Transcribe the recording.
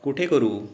कुठे करू